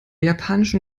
japanischen